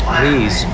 please